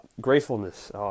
Gratefulness